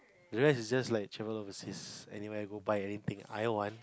the rest like is just travel overseas anywhere go buy anything I want